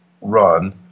run